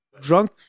Drunk